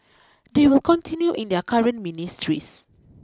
they will continue in their current ministries